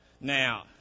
Now